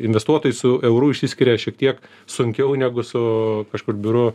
investuotojai su euru išsiskiria šiek tiek sunkiau negu su kažkur biuru